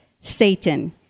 Satan